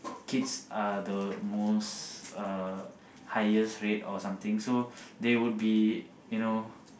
kids are the most uh highest rate or something so they would be you know